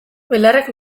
belarriak